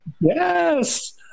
yes